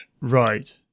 Right